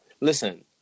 Listen